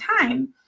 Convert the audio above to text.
time